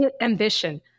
Ambition